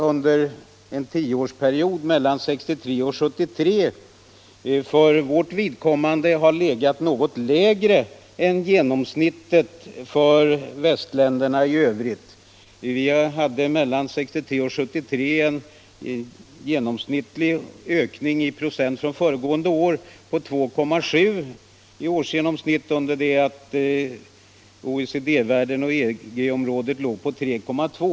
Under en tioårsperiod mellan 1963 och 1973 låg vi något lägre än genomsnittet för västländerna i övrigt — vi hade mellan åren 1963 och 1973 en ökning, räknad i procent från föregående år, på 2,7 i årsgenomsnitt, under det att OECD-världen och EG-området låg på 3,2.